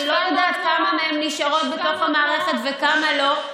אני לא יודעת כמה מהן נשארות בתוך המערכת וכמה לא.